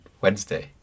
Wednesday